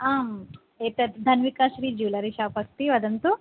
आम् एतद् Dhanvikasri jewellery shop अस्ति वदन्तु